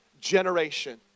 generation